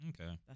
Okay